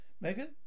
Megan